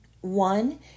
One